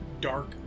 dark